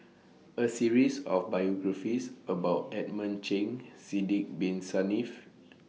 A series of biographies about Edmund Cheng Sidek Bin Saniff